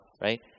right